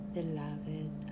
Beloved